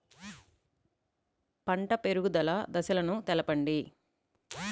పంట పెరుగుదల దశలను తెలపండి?